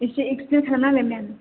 एसे एक्सप्लेन खालाम नानै होलाय मेम